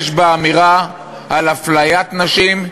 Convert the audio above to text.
יש בה אמירה על אפליית נשים,